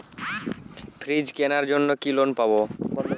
Fridge কেনার জন্য কি লোন পাব?